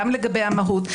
גם לגבי המהות.